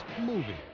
movie